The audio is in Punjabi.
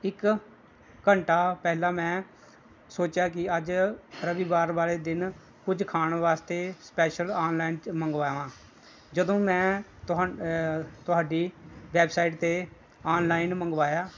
ਇੱਕ ਘੰਟਾ ਪਹਿਲਾਂ ਮੈਂ ਸੋਚਿਆ ਕਿ ਅੱਜ ਰਵੀਵਾਰ ਵਾਲੇ ਦਿਨ ਕੁਝ ਖਾਣ ਵਾਸਤੇ ਸਪੈਸ਼ਲ ਆਨਲਾਈਨ ਮੰਗਵਾਵਾਂ ਜਦੋਂ ਮੈਂ ਤੁਹਾਨੂੰ ਤੁਹਾਡੀ ਵੈਬਸਾਈਟ 'ਤੇ ਆਨਲਾਈਨ ਮੰਗਵਾਇਆ